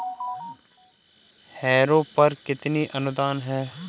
Harrow पर कितना अनुदान है?